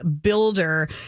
builder